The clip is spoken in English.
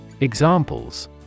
Examples